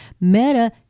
Meta